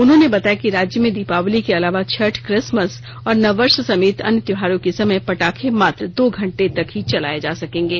उन्होंने बताया कि राज्य में दीपावली के अलावा छठ किसमस और नववर्ष समेत अन्य त्योहारों के समय पटाखे मात्र दो घंटे तक ही चलाये जा सकेंगे